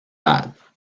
bad